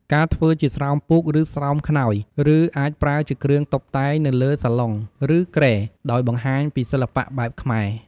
ការធ្វើជាស្រោមពូក ឬស្រោមខ្នើយ ឬអាចប្រើជាគ្រឿងតុបតែងនៅលើសាឡុង ឬគ្រែ ដោយបង្ហាញពីសិល្បៈបែបខ្មែរ។